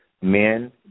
Men